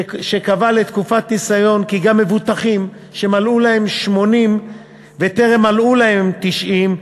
שקבע לתקופת ניסיון כי גם מבוטחים שמלאו להם 80 וטרם מלאו להם 90,